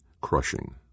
crushing